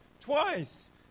Twice